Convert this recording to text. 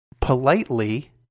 politely